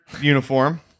uniform